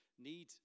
need